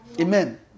Amen